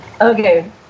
Okay